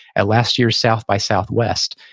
at last year's south by southwest,